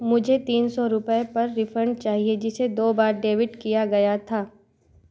मुझे तीन सौ रुपये पर रिफ़ंड चाहिए जिसे दो बार डेबिट किया गया था